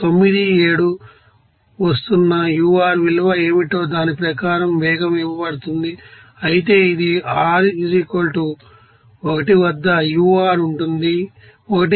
97 వస్తున్న ur విలువ ఏమిటో దాని ప్రకారం వేగం ఇవ్వబడుతుంది అయితే ఇది r 1 వద్ద ur ఉంటుంది 1